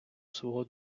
свого